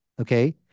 Okay